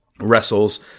wrestles